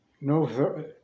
No